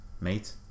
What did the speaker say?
Mate